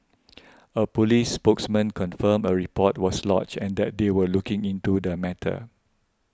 a police spokesman confirmed a report was lodged and that they were looking into the matter